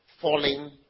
falling